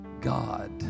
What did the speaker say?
God